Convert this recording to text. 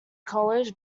college